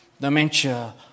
Dementia